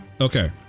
Okay